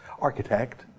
architect